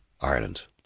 Ireland